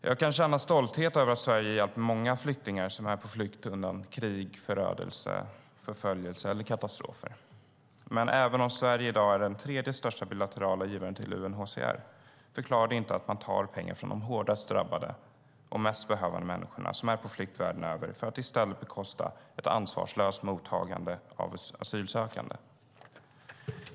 Jag kan känna stolthet över att Sverige hjälper många människor som är på flykt undan krig, förödelse, förföljelse och katastrofer, men även om Sverige i dag är den tredje största bilaterala givaren till UNHCR förklarar det inte att man tar pengar från de värst drabbade och mest behövande människorna som är på flykt världen över för att i stället bekosta ett ansvarslöst mottagande av asylsökande.